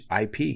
IP